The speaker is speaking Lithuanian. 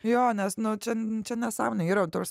jo nes nu čia čia nesąmonė yra tas